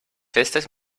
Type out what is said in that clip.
festes